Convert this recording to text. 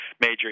major